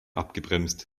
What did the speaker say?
abgebremst